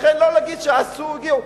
לכן, לא להגיד שעשו, הגיעו.